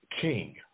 King